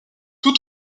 tous